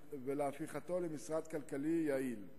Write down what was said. ולהפיכתו למשרד כלכלי יעיל.